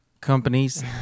companies